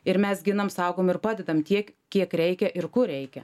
ir mes ginam saugom ir padedam tiek kiek reikia ir kur reikia